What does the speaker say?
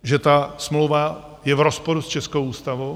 Že ta smlouva je v rozporu s českou ústavou?